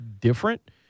different